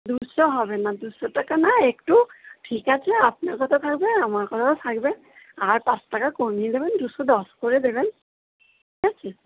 দুশো হবে না দুশো টাকা না একটু ঠিক আছে আপনার কথাও থাকবে আমার কথাও থাকবে আর পাঁচ টাকা কমিয়ে দেবেন দুশো দশ করে দেবেন ঠিক আছে